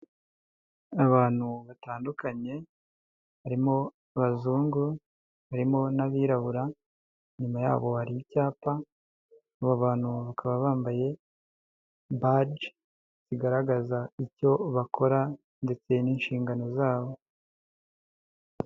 Abantu batandukanye harimo abazungu, harimo n'abirabura, inyuma yabo hari icyapa abo bantu bakaba bambaye baje zigaragaza icyo bakora ndetse n'inshingano zabo.